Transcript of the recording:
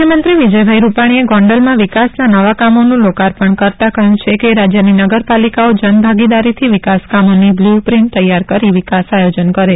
મુખ્યમંત્રી વિજયભાઈ રૂપાણીએ ગોંડલમાં વિકાસના નવા કામોનું લોકાર્પણ કરતાં કહ્યું છે કે રાજ્યની નગરપાલિકાઓ જનભાગીદારીથી વિકાસ કામોની બ્લ્યૂપ્રિન્ટ તૈયાર કરી વિકાસ આયોજન કરે